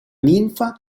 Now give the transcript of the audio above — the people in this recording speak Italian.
ninfa